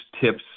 tips